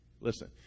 listen